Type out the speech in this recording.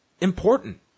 important